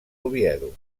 oviedo